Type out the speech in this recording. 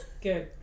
good